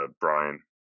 Brian